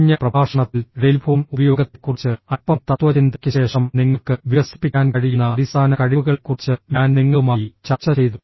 കഴിഞ്ഞ പ്രഭാഷണത്തിൽ ടെലിഫോൺ ഉപയോഗത്തെക്കുറിച്ച് അൽപ്പം തത്ത്വചിന്തയ്ക്ക് ശേഷം നിങ്ങൾക്ക് വികസിപ്പിക്കാൻ കഴിയുന്ന അടിസ്ഥാന കഴിവുകളെക്കുറിച്ച് ഞാൻ നിങ്ങളുമായി ചർച്ച ചെയ്തു